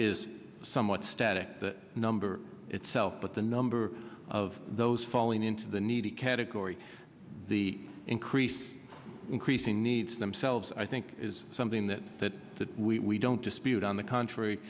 is somewhat static number itself but the number of those falling into the needy category the increased increasing needs themselves i think is something that that that we don't dispute on the contrary